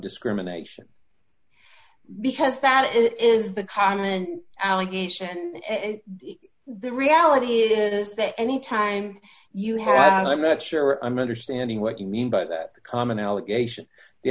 discrimination because that is the common allegation and the reality of it is that any time you have i'm not sure i'm understanding what you mean by that common allegation the